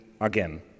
again